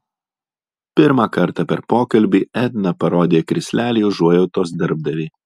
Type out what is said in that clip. pirmą kartą per pokalbį edna parodė krislelį užuojautos darbdavei